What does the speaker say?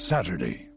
Saturday